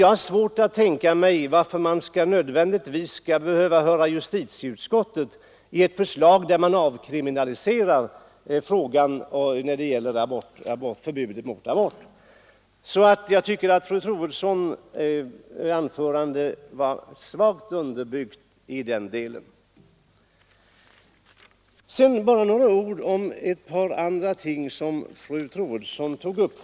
Jag har svårt att tänka mig att man nödvändigtvis skall behöva höra justitieutskottet när det gäller ett förslag där frågan om förbud mot abort avkriminaliseras. Därför tycker jag att fru Troedssons anförande var svagt underbyggt i den delen. Så bara ett par ord om ett par andra ting som fru Troedsson tog upp.